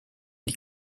die